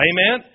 Amen